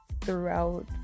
throughout